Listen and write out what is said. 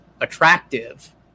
attractive